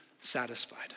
satisfied